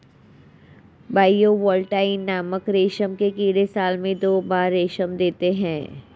bivoltine नामक रेशम के कीड़े साल में दो बार रेशम देते है